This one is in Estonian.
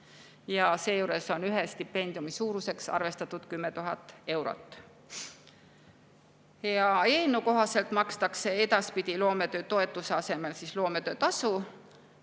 ja seejuures on ühe stipendiumi suuruseks arvestatud 10 000 eurot. Eelnõu kohaselt makstakse edaspidi loometöötoetuse asemel loometöötasu.